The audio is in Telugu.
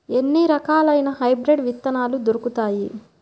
ఎన్ని రకాలయిన హైబ్రిడ్ విత్తనాలు దొరుకుతాయి?